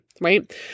right